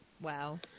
Wow